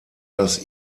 das